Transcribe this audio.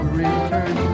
return